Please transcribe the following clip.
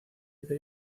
ida